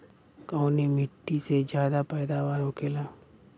कवने मिट्टी में ज्यादा पैदावार होखेला?